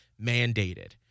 mandated